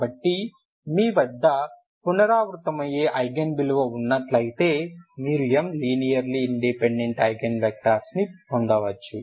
కాబట్టి మీ వద్ద పునరావృతమయ్యే ఐగెన్ విలువ ఉన్నట్లయితే మీరు m linearly independent eigen vectors ని పొందవచ్చు